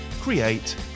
Create